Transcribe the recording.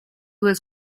was